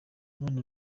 none